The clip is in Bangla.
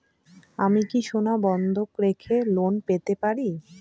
আমি কি সোনা বন্ধক রেখে লোন পেতে পারি?